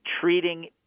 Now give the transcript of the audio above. treating